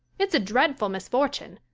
it's a dreadful misfortune,